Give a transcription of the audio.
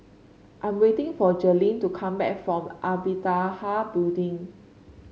I'm waiting for Jaelyn to come back from Amitabha Building